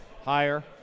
higher